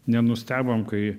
nenustebom kai